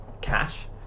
cash